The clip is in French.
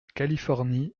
californie